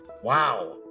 wow